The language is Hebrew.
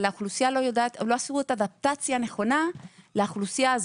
אבל לא עשו אדפטציה נכונה לאוכלוסייה הזו,